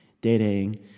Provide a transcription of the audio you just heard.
dating